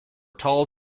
tall